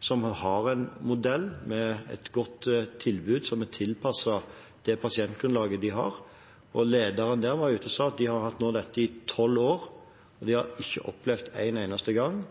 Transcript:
som har en modell med et godt tilbud som er tilpasset det pasientgrunnlaget de har. Lederen der var ute og sa at de nå har hatt det slik i tolv år – og de har ikke opplevd en eneste gang